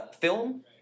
film